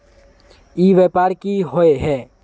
ई व्यापार की होय है?